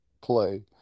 play